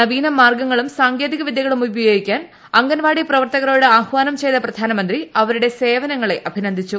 നവീനമാർഗ്ഗങ്ങളും സാങ്കേതിക വിദ്യകളും ഉപയോഗിക്കാൻ അംഗൻവാടി പ്രവർത്തകരോട് ആഹ്വാനം ചെയ്ത പ്രധാനമന്ത്രി അവരുടെ സേവനങ്ങളെ അഭിനന്ദിച്ചു